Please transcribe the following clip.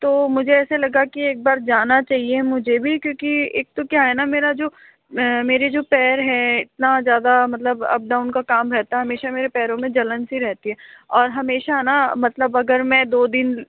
तो मुझे ऐसा लगा की एक बार जाना चाहिए मुझे भी क्योंकि एक तो क्या है न मेरा जो मेरे जो पैर है इतना ज्यादा मतलब अप डाउन का काम रहता है हमेशा मेरे पैरों में जलन सी रहती है और हमेशा न मतलब अगर मैं दो दिन